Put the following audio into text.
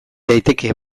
daiteke